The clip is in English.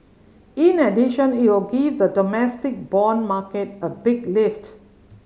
in addition it will give the domestic bond market a big lift